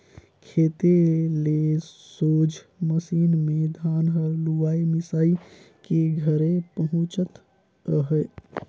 खेते ले सोझ मसीन मे धान हर लुवाए मिसाए के घरे पहुचत अहे